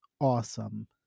awesome